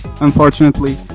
unfortunately